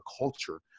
culture